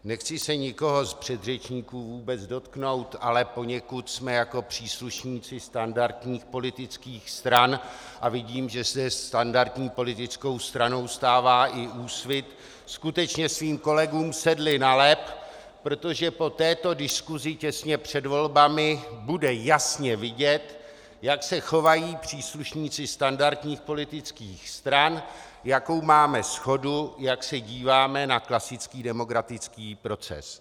Nechci se nikoho z předřečníků vůbec dotknout, ale poněkud jsme jako příslušníci standardních politických stran, a vidím, že se standardní politickou stranou stává i Úsvit, skutečně svým kolegům sedli na lep, protože po této diskusi těstě před volbami bude jasně vidět, jak se chovají příslušníci standardních politických stran, jakou máme shodu, jak se díváme na klasický demokratický proces.